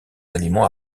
aliments